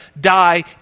die